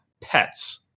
pets